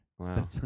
Wow